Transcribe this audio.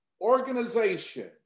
organization